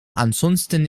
ansonsten